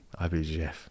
IBGF